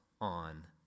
on